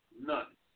None